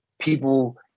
People